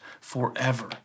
forever